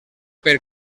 per